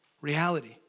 reality